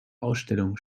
ausstellungen